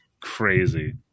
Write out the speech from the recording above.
crazy